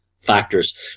factors